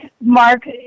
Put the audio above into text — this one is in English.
Mark